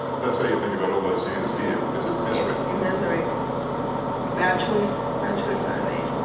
that's how you think about all those years here. is it misery misery a bad choice bad choice that i made